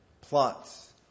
plots